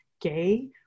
gay